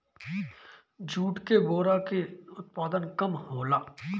jute के बोरा के उत्पादन कम होला